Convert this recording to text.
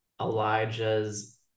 Elijah's